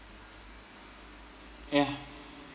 ya